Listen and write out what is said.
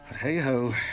hey-ho